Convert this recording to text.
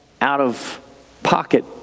out-of-pocket